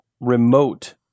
remote